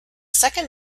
second